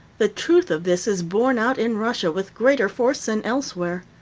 the truth of this is borne out in russia with greater force than elsewhere.